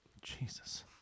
Jesus